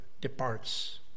departs